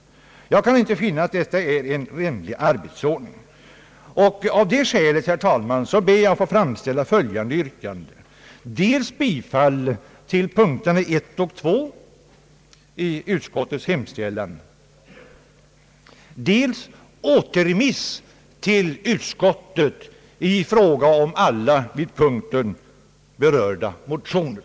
Jag kan inte finna att vad som nu har skett innebär en rimlig arbetsordning. Med hänvisning till de skäl som jag har anfört ber jag, herr talman, att få yrka dels bifall till momenten 1 och 2 i utskottets hemställan, dels återremiss till utskottet i fråga om alla under punkten 11 behandlade motioner.